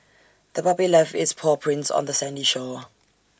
the puppy left its paw prints on the sandy shore